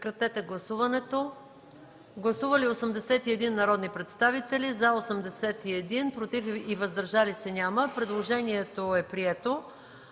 четене на законопроекта. Гласували 81 народни представители: за 81, против и въздържали се няма. Предложението е прието.